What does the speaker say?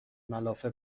ملافه